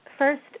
First